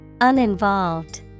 Uninvolved